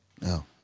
no